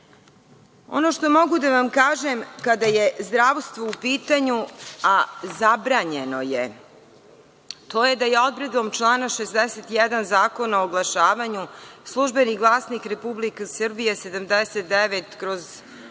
što mogu da vam kažem kada je zdravstvo u pitanju, a zabranjeno je, to je da obradom člana 61. Zakona o oglašavanju „Službeni glasnik Republike Srbije“ 79/2005